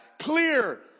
clear